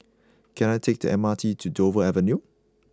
can I take the M R T to Dover Avenue